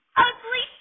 ugly